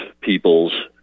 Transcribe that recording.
peoples